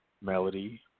melody